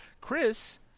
Chris